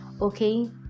okay